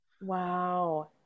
Wow